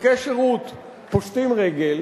ספקי שירות פושטים רגל,